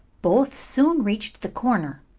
both soon reached the corner,